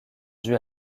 dues